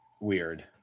weird